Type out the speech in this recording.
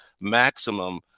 maximum